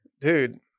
dude